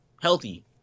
healthy